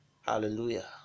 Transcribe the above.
hallelujah